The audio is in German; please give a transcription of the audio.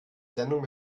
sendung